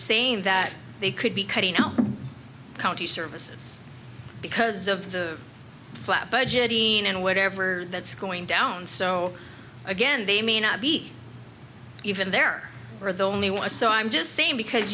saying that they could be cutting out county services because of the flat budget and whatever that's going down so again they may not be even there are the only ones so i'm just saying because